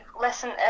listen